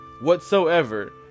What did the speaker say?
whatsoever